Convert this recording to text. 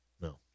No